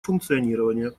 функционирование